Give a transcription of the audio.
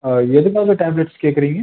எதுக்காக டேப்லெட்ஸ் கேட்குறீங்க